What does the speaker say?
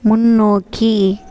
முன்னோக்கி